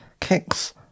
kicks